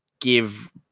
give